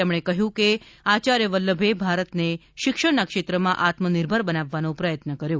તેમણે કહ્યું કે આચાર્ય વલ્લભે ભારતને શિક્ષણના ક્ષેત્રમાં આત્મનિર્ભર બનાવવાનો પ્રથત્ન કર્યો